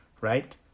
Right